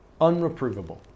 unreprovable